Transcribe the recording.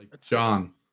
John